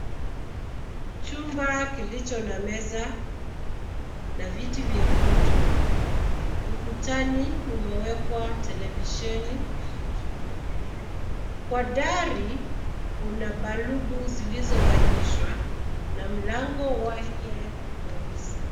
Chumba kilicho na meza na viti vyekundu. Ukutani mumewekwa televisheni. Kwa dari, kuna balbu zilizowakishwa na mlango wake ni mweusi.